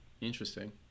Interesting